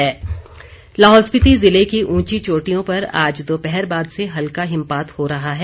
मौसम लाहौल स्पीति जिले की ऊंची चोटियों पर आज दोपहर बाद से हल्का हिमपात हो रहा है